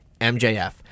MJF